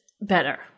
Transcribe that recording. better